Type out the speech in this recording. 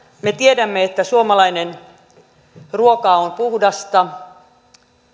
me tiedämme että suomalainen ruoka on puhdasta